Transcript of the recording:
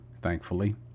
thankfully